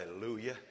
hallelujah